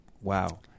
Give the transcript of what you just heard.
wow